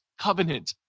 covenant